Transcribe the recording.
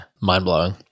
Mind-blowing